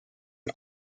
and